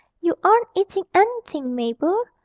you aren't eating anything, mabel.